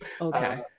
okay